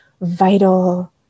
vital